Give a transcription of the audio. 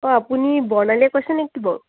অঁ আপুনি বৰ্ণালীয়ে কৈছে নেকি বাৰু